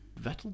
Vettel